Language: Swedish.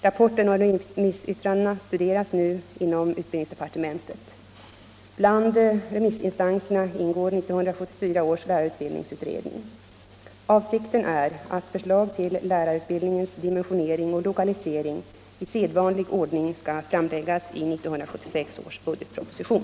Rapporten och remissyttrandena studeras nu inom utbildningsdepartementet. Bland remissinstanserna ingår 1974 års lärarutbildningsutredning. Avsikten är att förslag till lärarutbildningens dimensionering och lokalisering i sedvanlig ordning skall framläggas i 1976 års budgetproposition.